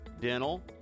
dental